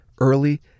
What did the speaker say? early